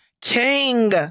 king